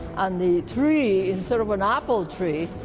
and the tree, instead of an apple tree,